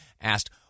asked